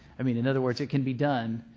i mean in other words, it can be done.